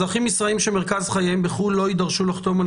אזרחים ישראליים שמרכז חייהם בחו"ל לא יידרשו לחתום על